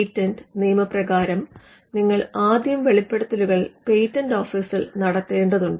patent നിയമ പ്രകാരം നിങ്ങൾ ആദ്യം വെളിപ്പെടുത്തലുകൾ പേറ്റന്റ് ഓഫീസിൽ നടത്തേണ്ടതുണ്ട്